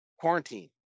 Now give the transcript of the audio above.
quarantine